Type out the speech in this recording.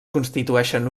constitueixen